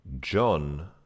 John